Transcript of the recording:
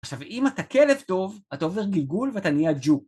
עכשיו, ואם אתה כלב טוב, אתה עובר גלגול ואתה נהיה ג'ו.